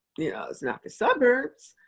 yeah it's not the suburbs,